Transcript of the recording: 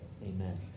Amen